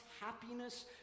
happiness